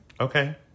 Okay